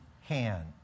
hand